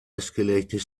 escalator